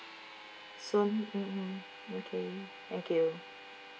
soon mmhmm okay thank you